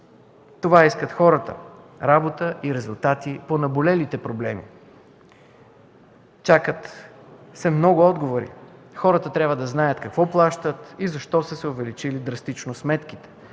Това искат хората – работа и резултати по наболелите проблеми. Чакат се много отговори и хората трябва да знаят какво плащат и защо са се увеличили драстично сметките.